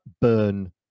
burn